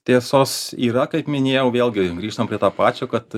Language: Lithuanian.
tiesos yra kaip minėjau vėlgi grįžtam prie to pačio kad